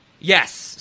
Yes